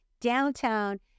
downtown